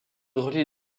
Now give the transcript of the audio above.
relient